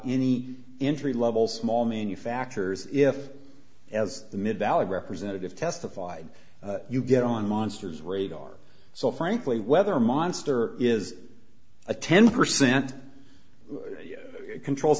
any entry level small manufacturers if as the middle of representative testified you get on monsters radar so frankly whether monster is a ten percent control